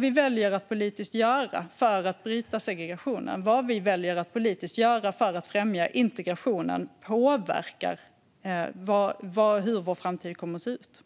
vi väljer att politiskt göra för att bryta segregationen och vad vi väljer att politiskt göra för att främja integrationen påverkar hur vår framtid kommer att se ut.